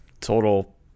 total